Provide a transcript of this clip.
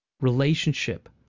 relationship